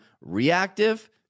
reactive